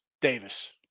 Davis